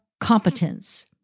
competence